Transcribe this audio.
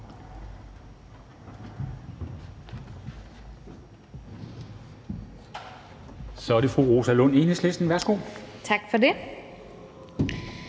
Så er det fru Rosa Lund, Enhedslisten. Værsgo. Kl.